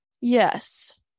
yes